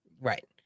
right